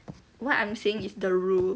what I'm saying is the rule